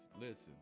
Listen